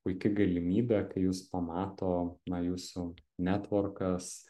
puiki galimybė kai jus pamato na jūsų netvorkas